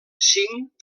cinc